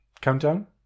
Countdown